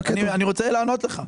אני רוצה לענות לך.